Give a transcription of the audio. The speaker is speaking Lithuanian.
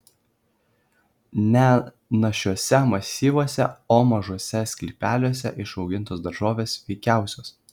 ne našiuose masyvuose o mažuose sklypeliuose išaugintos daržovės sveikiausios